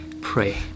pray